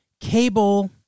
cable